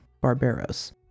barbaros